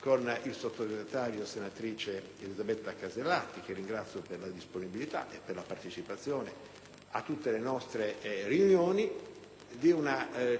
con il sottosegretario, senatrice Alberti Casellati (che ringrazio per la disponibilità e la partecipazione a tutte le nostre riunioni), con un